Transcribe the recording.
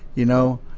you know?